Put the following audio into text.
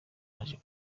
aje